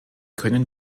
können